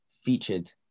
featured